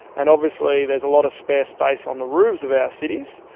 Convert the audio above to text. and obviously there's a lot of spare space on the roofs of our cities,